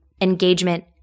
engagement